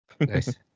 Nice